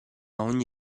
ogni